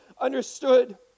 understood